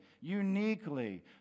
uniquely